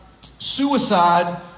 suicide